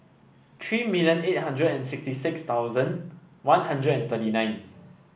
three million eight hundred and sixty six thousand One Hundred and thirty nine